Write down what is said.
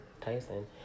Tyson